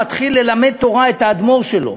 מתחיל ללמד תורה את האדמו"ר שלו,